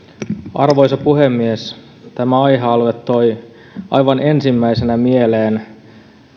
arvoisa puhemies tämä aihealue toi aivan ensimmäisenä mieleen